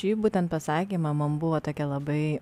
šį būtent atsakymą man buvo tokia labai